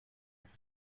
with